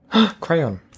crayon